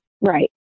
Right